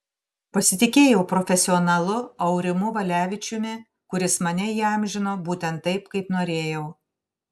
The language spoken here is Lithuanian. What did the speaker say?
pasitikėjau profesionalu aurimu valevičiumi kuris mane įamžino būtent taip kaip norėjau